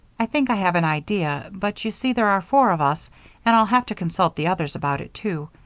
i think i have an idea, but you see there are four of us and i'll have to consult the others about it, too.